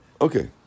Okay